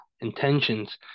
intentions